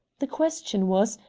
the question was,